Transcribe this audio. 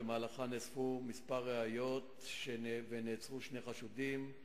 ובמהלכה נאספו כמה ראיות ונעצרו שני חשודים.